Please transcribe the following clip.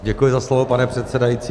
Děkuji za slovo, pane předsedající.